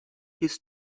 his